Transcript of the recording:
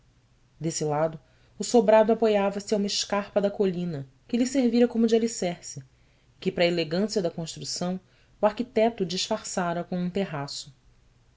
desse lado o sobrado apoiava se a uma escarpa da colina que lhe servira como de alicerce e que para elegância da construção o arquiteto disfarçara com um terraço